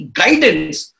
guidance